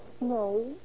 No